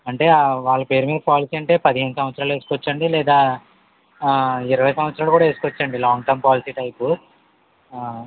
అంటే వాళ్ళ పేరు మీద పాలసీ అంటే పదిహేను సంవత్సరాలు వేసుకోవచ్చండి లేదా ఇరవై సంవత్సరాలకి వేసుకోవచ్చు అండి లాంగ్ టర్మ్ పాలసీ టైపు